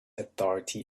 authority